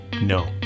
No